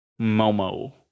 Momo